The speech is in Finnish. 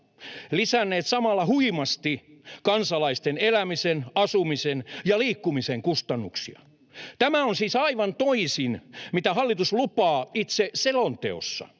lisänneet samalla huimasti kansalaisten elämisen, asumisen ja liikkumisen kustannuksia. Tämä on siis aivan toisin kuin hallitus lupaa itse selonteossa,